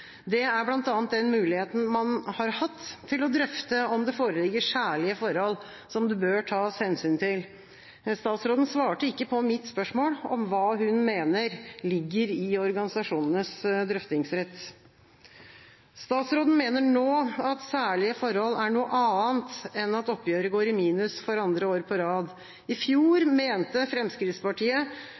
Det er bl.a. den muligheten man har hatt til å drøfte om det foreligger særlige forhold som det bør tas hensyn til. Statsråden svarte ikke på mitt spørsmål om hva hun mener ligger i organisasjonenes drøftingsrett. Statsråden mener nå at «særlige forhold» er noe annet enn at oppgjøret går i minus for andre år på rad. I fjor mente Fremskrittspartiet